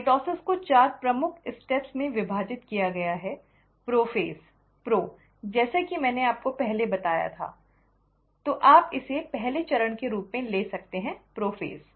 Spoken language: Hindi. माइटोसिस को चार प्रमुख चरणों में विभाजित किया गया है प्रोफ़ेज़ प्रो जैसा कि मैंने आपको पहले बताया था तो आप इसे पहले चरण के रूप में ले सकते हैं प्रोफ़ेज़